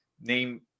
name